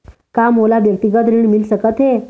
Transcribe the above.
का मोला व्यक्तिगत ऋण मिल सकत हे?